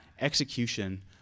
execution